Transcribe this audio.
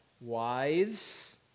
wise